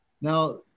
Now